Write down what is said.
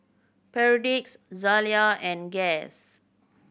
Perdix Zalia and Guess